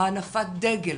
הנפת דגל,